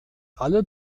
alle